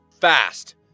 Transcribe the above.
Fast